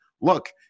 look